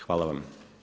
Hvala vam.